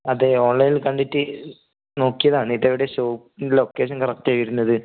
അതെ ഓൺലൈനിൽ കണ്ടിട്ട് നോക്കിയതാണ് ഇതെവിടെ ഷോപ്പിൻ്റെ ലൊക്കേഷൻ കറക്റ്റ് വരുന്നത്